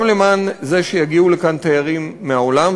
גם למען זה שיגיעו לכאן תיירים מהעולם,